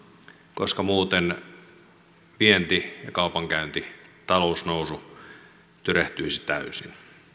koska muuten vienti ja kaupankäynti talousnousu tyrehtyisi täysin